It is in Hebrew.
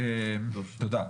תודה.